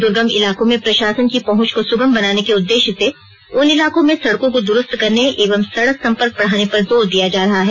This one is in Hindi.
दुर्गम इलाकों में प्रशासन की पहुंच को सुगम बनाने के उद्देश्य से उन इलाकों में सड़कों को दुरुस्त करने एवं सड़क संपर्क बढ़ाने पर जोर दिया जा रहा है